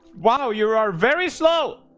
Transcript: wow, you are are very slow.